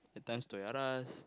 at times Toys-r-us